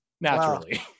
naturally